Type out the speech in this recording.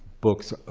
books